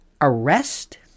Arrest